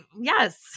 yes